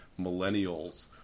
millennials